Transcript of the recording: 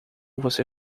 você